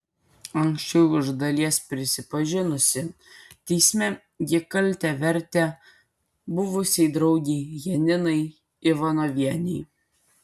anksčiau iš dalies prisipažinusi teisme ji kaltę vertė buvusiai draugei janinai ivanovienei